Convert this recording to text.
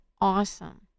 awesome